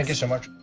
and so much.